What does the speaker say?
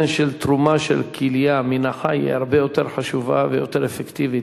תרומה של כליה מן החי היא הרבה יותר חשובה ויותר אפקטיבית,